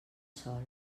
sol